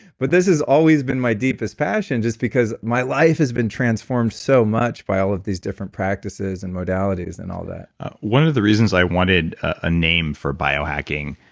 but this always been my deepest passion just because my life has been transformed so much by all of these different practices and modalities and all that one of the reasons i wanted a name for bio hacking.